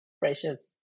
precious